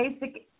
basic